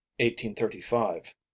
1835